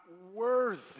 worthy